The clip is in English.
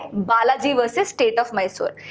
balaji v. state of mysore,